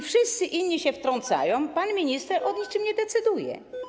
Wszyscy inni się wtrącają, pan minister o niczym nie decyduje.